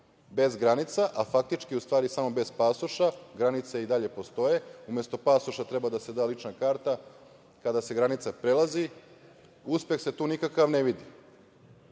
bez granica, a faktički u stvari samo bez pasoša, granice i dalje postoje, umesto pasoša treba da se da lična karta kada se granica prelazi. Uspeh se tu nikakav ne vidi.